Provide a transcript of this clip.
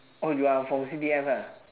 oh you are from C_D_F lah